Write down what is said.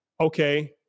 okay